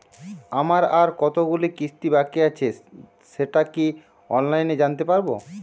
আমার আর কতগুলি কিস্তি বাকী আছে সেটা কি অনলাইনে জানতে পারব?